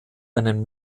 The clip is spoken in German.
einen